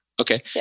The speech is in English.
Okay